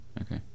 okay